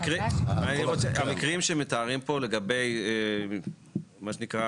המקרים שמתארים פה לגבי מה שנקרא,